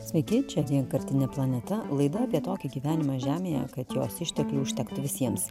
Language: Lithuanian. sveiki čia vienkartinė planeta laida apie tokį gyvenimą žemėje kad jos išteklių užtektų visiems